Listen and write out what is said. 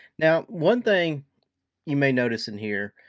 now, one thing you may notice in here,